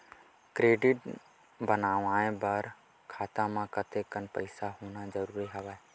Credit बनवाय बर खाता म कतेकन पईसा होना जरूरी हवय?